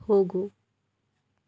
ಹೋಗು